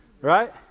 right